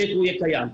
המטרו יהיה קיים.